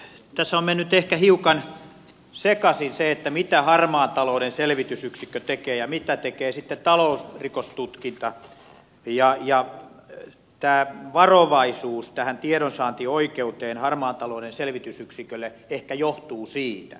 tässä on mennyt ehkä hiukan sekaisin se mitä harmaan talouden selvitysyksikkö tekee ja mitä tekee talousrikostutkinta ja tämä varovaisuus koskien harmaan talouden selvitysyksikön tiedonsaantioikeutta ehkä johtuu siitä